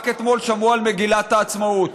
רק אתמול שמעו על מגילת העצמאות.